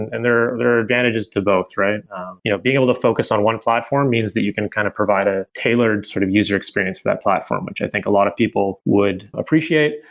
and and there there are advantages to both. you know being able to focus on one platform means that you can kind of provide a tailored sort of user experience for that platform, which i think a lot of people would appreciate.